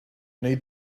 need